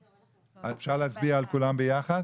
אפשר להצביע על כולן ביחד?